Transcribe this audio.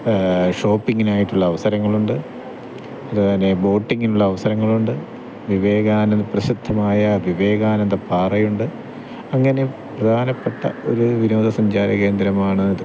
ഷോപ്പിംഗിനായിട്ടുള്ള അവസരങ്ങളുണ്ട് അതുപോലെ ബോട്ടിങ്ങിനുള്ള അവസരങ്ങളുണ്ട് വിവേകാനന്ദ പ്രസിദ്ധമായ വിവേകാനന്ദ പാറയുണ്ട് അങ്ങനെ പ്രധാനപ്പെട്ട ഒരു വിനോദ സഞ്ചാര കേന്ദ്രമാണ് അത്